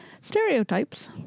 Stereotypes